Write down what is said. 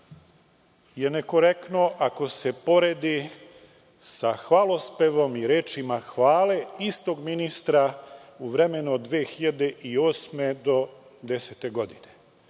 je nekorektno ako se poredi sa hvalospevom i rečima hvale istog ministra u vremenu od 2008. do 2010. godine.